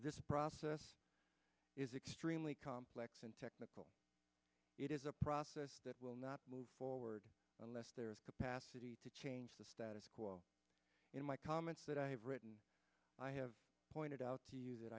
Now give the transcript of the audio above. this process is extremely complex and technical it is a process that will not move forward unless their capacity to change the status quo in my comments that i have written i have pointed out to